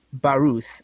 Baruth